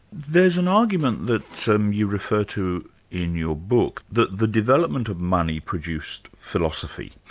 there's an argument that so um you refer to in your book that the development of money produced philosophy.